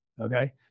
okay